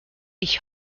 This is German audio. ich